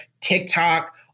TikTok